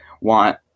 want